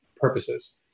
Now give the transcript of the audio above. purposes